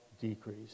decrease